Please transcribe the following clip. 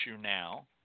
now